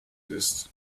ist